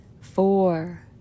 four